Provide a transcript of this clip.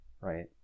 right